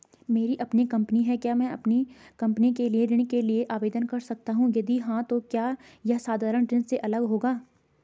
मेरी अपनी कंपनी है क्या मैं कंपनी के लिए ऋण के लिए आवेदन कर सकता हूँ यदि हाँ तो क्या यह साधारण ऋण से अलग होगा?